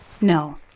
No